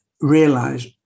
realize